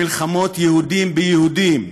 מלחמות יהודים ביהודים.